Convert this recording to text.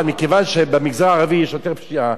מכיוון שבמגזר הערבי יש יותר פשיעה,